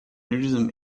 nudism